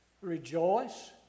Rejoice